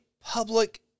public